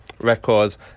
records